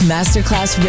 Masterclass